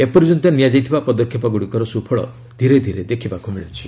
ଏପର୍ଯ୍ୟନ୍ତ ନିଆଯାଇଥିବା ପଦକ୍ଷେପ ଗୁଡ଼ିକର ସୁଫଳ ଧୀରେ ଧୀରେ ଦେଖିବାକୁ ମିଳୁଛି